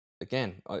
again